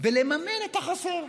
ולממן את החסר.